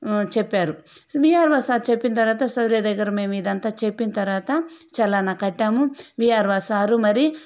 చెప్పారు VRO sir చెప్పిన తర్వాత సర్వే దగ్గర మేము ఇదంతా చెప్పిన తర్వాత చలానా కట్టాము విఆర్ఓ సార్ మరి